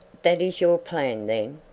that is your plan, then?